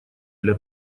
для